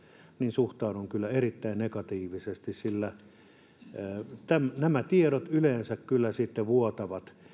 suhtaudun kyllä erittäin negatiivisesti sillä nämä tiedot yleensä kyllä sitten vuotavat